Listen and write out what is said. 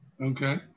Okay